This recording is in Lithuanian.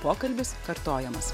pokalbis kartojamas